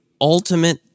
ultimate